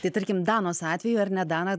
tai tarkim danos atveju ar ne dana